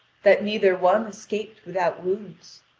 that neither one escaped without wounds.